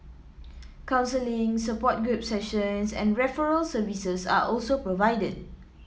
counselling support group sessions and referral services are also provided